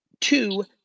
Two